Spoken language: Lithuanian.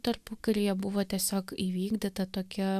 tarpukaryje buvo tiesiog įvykdyta tokia